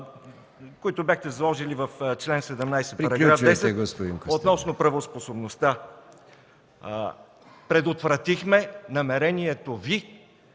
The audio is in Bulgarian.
които бяхте заложили в чл. 17, § 10 относно правоспособността. Предотвратихме намерението Ви